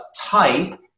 type